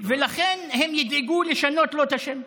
ולכן הם ידאגו לשנות לו את השם,